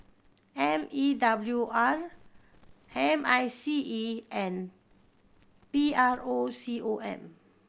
M E W R M I C E and P R O C O M